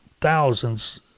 thousands